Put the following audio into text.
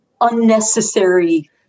unnecessary